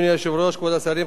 חברי חברי הכנסת,